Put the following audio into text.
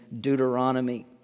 Deuteronomy